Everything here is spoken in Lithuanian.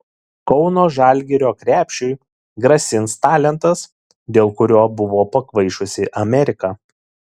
kauno žalgirio krepšiui grasins talentas dėl kurio buvo pakvaišusi amerika